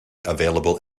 available